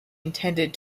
intended